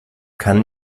kann